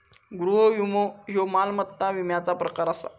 गृह विमो ह्यो मालमत्ता विम्याचा प्रकार आसा